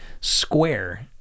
square